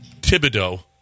Thibodeau